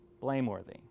blameworthy